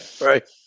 right